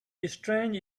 strange